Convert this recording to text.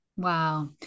Wow